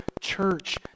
church